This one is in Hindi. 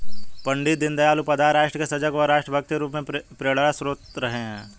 पण्डित दीनदयाल उपाध्याय राष्ट्र के सजग व राष्ट्र भक्त के रूप में प्रेरणास्त्रोत रहे हैं